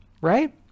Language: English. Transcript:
Right